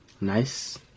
nice